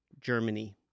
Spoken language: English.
Germany